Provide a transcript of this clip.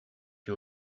you